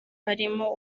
barimo